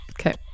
Okay